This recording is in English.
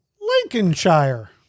Lincolnshire